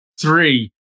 Three